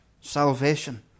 Salvation